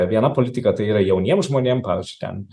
viena politika tai yra jauniem žmonėm pavyzdžiui ten